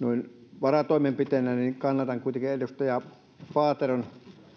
noin varatoimenpiteenä kannatan kuitenkin edustaja paateron